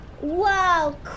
Wow